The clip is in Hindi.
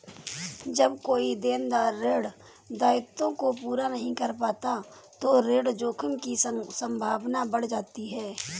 जब कोई देनदार ऋण दायित्वों को पूरा नहीं कर पाता तो ऋण जोखिम की संभावना बढ़ जाती है